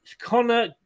Connor